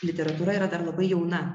literatūra yra dar labai jauna